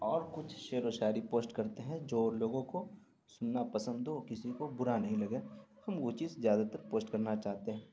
اور کچھ شعر و شاعری پوسٹ کرتے ہیں جو لوگوں کو سننا پسند ہو کسی کو برا نہیں لگے وہ چیز زیادہ تر پوسٹ کرنا چاہتے ہیں